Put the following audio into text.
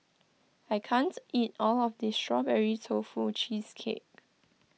I can't eat all of this Strawberry Tofu Cheesecake